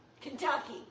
Kentucky